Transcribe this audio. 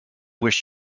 wish